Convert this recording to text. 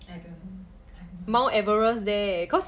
I don't know I have no idea